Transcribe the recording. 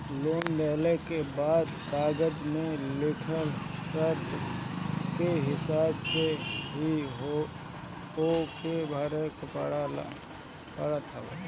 loan लेहला के बाद कागज में लिखल शर्त के हिसाब से ही ओके भरे के पड़त हवे